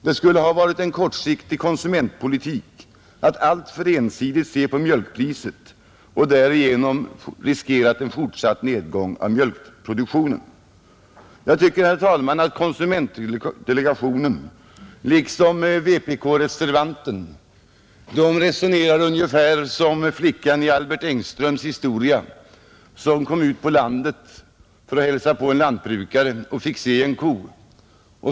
Det skulle ha varit en kortsiktig konsumentpolitik att alltför ensidigt se på mjölkpriset och därigenom riskera en fortsatt nedgång av mjölkproduktionen, Jag tycker, herr talman, att konsumentdelegationen liksom vpk-reservanten resonerar ungefär som flickan i Albert Engströms historia. Hon kom ut på landet för att hälsa på en lantbrukare och fick se en ko.